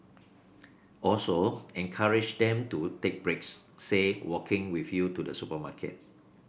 also encourage them to take breaks say walking with you to the supermarket